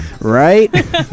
Right